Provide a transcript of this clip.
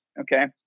Okay